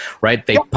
Right